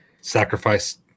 Sacrifice